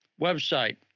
website